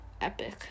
epic